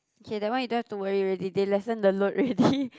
K that one you don't have to worry already they lessen the load already